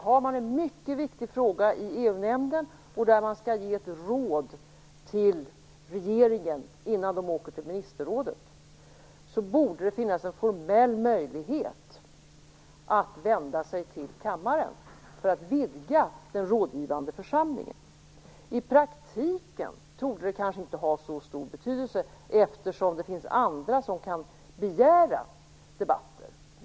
Har man en mycket viktig fråga i EU-nämnden där man skall ge ett råd till regeringen innan ministern åker till ministerrådet borde det finnas en formell möjlighet att vända sig till kammaren för att vidga den rådgivande församlingen. I praktiken torde det kanske inte ha så stor betydelse, eftersom det finns andra som kan begära debatter.